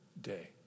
day